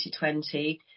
2020